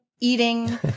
eating